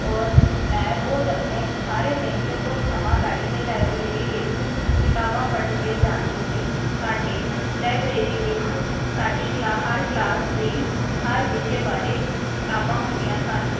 ਔਰ ਮੈਂ ਰੋਜ਼ ਅਪਣੇ ਸਾਰੇ ਦਿਨ 'ਚੋਂ ਕੁਛ ਸਮਾਂ ਕੱਢ ਕੇ ਲਾਇਬ੍ਰੇਰੀ ਵਿੱਚ ਕਿਤਾਬਾਂ ਪੜ੍ਹਣ ਲਈ ਜਾਂਦੀ ਸੀ ਸਾਡੇ ਲਾਇਬ੍ਰੇਰੀ ਵਿੱਚ ਸਾਡੀ ਕਲਾ ਹਰ ਕਲਾਸ ਦੀ ਹਰ ਵਿਸ਼ੇ ਬਾਰੇ ਕਿਤਾਬਾਂ ਹੁੰਦੀਆਂ ਸਨ